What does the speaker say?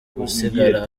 gusigara